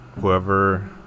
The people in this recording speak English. whoever